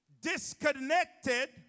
disconnected